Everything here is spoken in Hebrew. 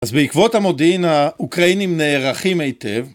אז בעקבות המודיעין, האוקראינים נערכים היטב.